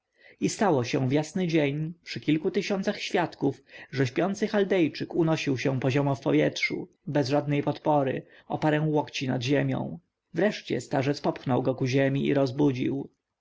stało się w jasny dzień przy kilku tysiącach świadków że śpiący chaldejczyk unosił się poziomo w powietrzu bez żadnej podpory o parę łokci nad ziemią wreszcie starzec popchnął go ku ziemi i rozbudził